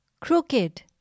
crooked